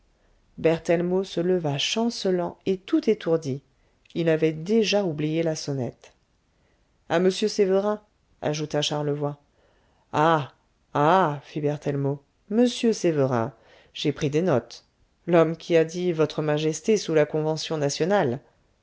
berthellemot se leva chancelant et tout étourdi il avait déjà oublié la sonnette a m sévérin ajouta charlevoy ah ah fit berthellemot m sévérin j'ai pris des notes l'homme qui a dit votre majesté sous la convention nationale